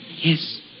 Yes